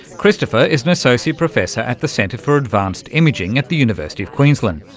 kristofer is an associate professor at the centre for advanced imaging at the university of queensland.